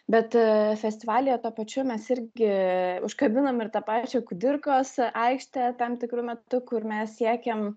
bet festivalyje tuo pačiu mes irgi užkabinom ir tą pačią kudirkos aikštę tam tikru metu kur mes siekėm